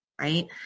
right